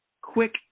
quick